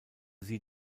sie